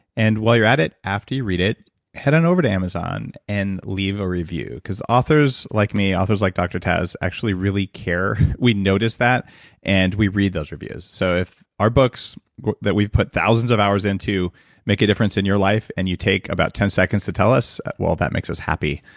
and while you're at it, after you read it head on over to amazon and leave a review, because authors, like me, authors like dr. taz actually really care. we notice that and we read those reviews, so if our books that we've put thousands of hours into make a difference in your life, and you take about ten seconds to tell us, well, that makes us happy.